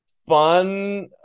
Fun